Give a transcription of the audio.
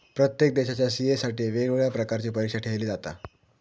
प्रत्येक देशाच्या सी.ए साठी वेगवेगळ्या प्रकारची परीक्षा ठेयली जाता